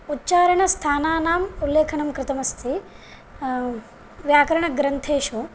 उच्चारणस्थानानाम् उल्लेखनं कृतमस्ति व्याकरणग्रन्थेषु